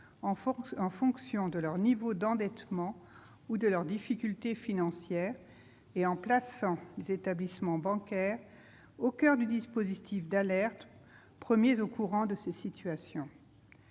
en fonction de leur niveau d'endettement ou de leurs difficultés financières et en plaçant les établissements bancaires au coeur du dispositif d'alerte. Ces derniers sont